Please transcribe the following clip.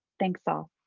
thanks, all.